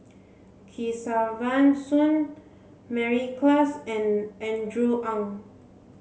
Kesavan Soon Mary Klass and Andrew Ang